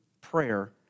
Prayer